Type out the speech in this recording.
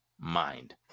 mind